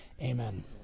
Amen